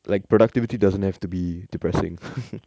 like productivity doesn't have to be depressing